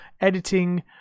editing